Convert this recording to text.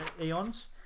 eons